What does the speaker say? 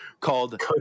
called